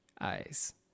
Eyes